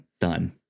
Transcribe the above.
done